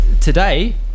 Today